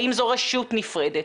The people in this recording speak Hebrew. האם זו רשות נפרדת,